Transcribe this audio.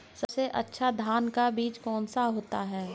सबसे अच्छा धान का बीज कौन सा होता है?